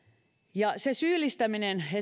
se syyllistäminen